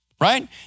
right